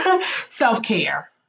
Self-care